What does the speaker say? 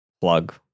plug